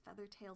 Feathertail's